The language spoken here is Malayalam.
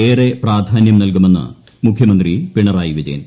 ഏറെ പ്രാധാന്യം നൽകുമെന്ന് മുഖ്യമന്ത്രി പിണറായി വിജയൻ